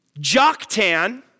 Joktan